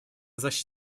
zaś